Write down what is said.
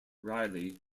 riley